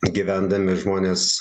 gyvendami žmonės